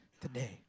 today